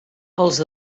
els